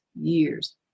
years